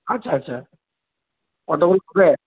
আচ্ছা আচ্ছা হবে